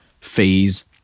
fees